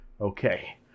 Okay